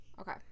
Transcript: Okay